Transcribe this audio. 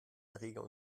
erreger